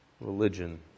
religion